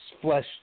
flesh